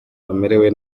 bamerewe